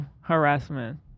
harassment